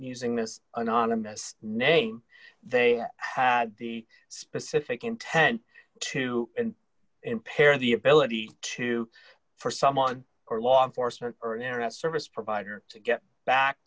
sing this anonymous name they had the specific intent to impair the ability to for someone or law enforcement or an internet service provider to get